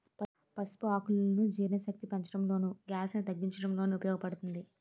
పసుపు ఆకులు జీర్ణశక్తిని పెంచడంలోను, గ్యాస్ ను తగ్గించడంలోనూ ఉపయోగ పడుతుంది